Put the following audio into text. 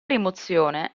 rimozione